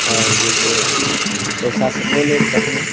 आओर जे छै पैसासभ लऽ लेब तखने